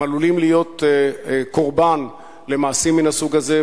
הם עלולים להיות קורבן למעשים מן הסוג הזה,